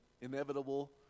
inevitable